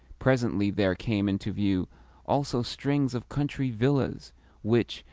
presently there came into view also strings of country villas which,